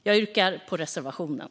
Jag yrkar bifall till reservationen.